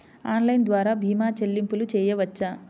Online ద్వార భీమా చెల్లింపులు చేయవచ్చా?